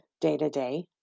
day-to-day